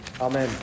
Amen